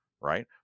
right